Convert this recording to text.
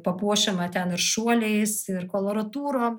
papuošiama ten ir šuoliais ir koloratūrom